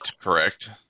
correct